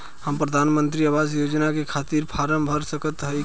हम प्रधान मंत्री आवास योजना के खातिर फारम भर सकत हयी का?